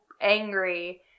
angry